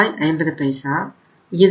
50 இது 5640